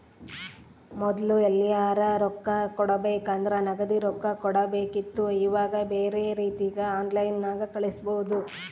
ಮೊದ್ಲು ಎಲ್ಯರಾ ರೊಕ್ಕ ಕೊಡಬೇಕಂದ್ರ ನಗದಿ ರೊಕ್ಕ ಕೊಡಬೇಕಿತ್ತು ಈವಾಗ ಬ್ಯೆರೆ ರೀತಿಗ ಆನ್ಲೈನ್ಯಾಗ ಕಳಿಸ್ಪೊದು